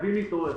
חייבים להתעורר.